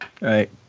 Right